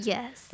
Yes